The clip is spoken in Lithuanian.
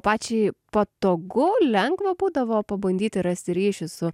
pačiai patogu lengva būdavo pabandyti rasti ryšį su